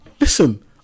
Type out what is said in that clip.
listen